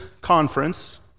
conference